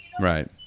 Right